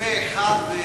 שרופא אחד,